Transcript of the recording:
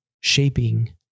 shaping